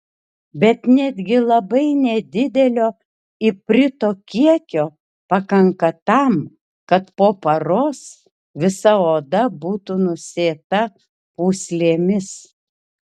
bet netgi labai nedidelio iprito kiekio pakanka tam kad po paros visa oda būtų nusėta pūslėmis